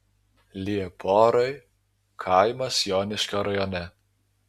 lieporai kaimas joniškio rajone